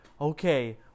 Okay